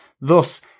Thus